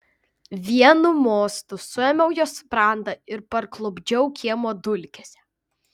vienu mostu suėmiau jo sprandą ir parklupdžiau kiemo dulkėse